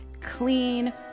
clean